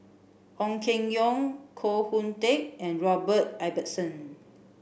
Ong Keng Yong Koh Hoon Teck and Robert Ibbetson